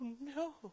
no